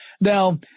Now